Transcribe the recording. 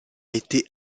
été